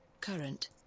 current